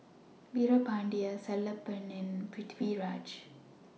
Veerapandiya Sellapan and Pritiviraj